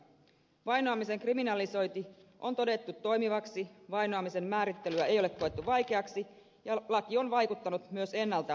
vainoamisen kriminalisointi on todettu toimivaksi vainoamisen määrittelyä ei ole koettu vaikeaksi ja laki on vaikuttanut myös ennalta ehkäisevästi